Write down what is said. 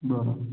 बरं